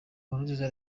nkurunziza